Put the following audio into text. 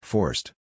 Forced